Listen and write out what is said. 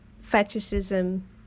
fetishism